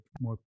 more